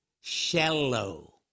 shallow